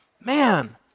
man